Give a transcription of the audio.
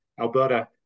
Alberta